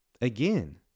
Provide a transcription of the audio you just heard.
Again